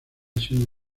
siendo